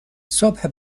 صبح